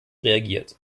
reagiert